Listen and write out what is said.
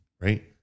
right